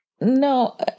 No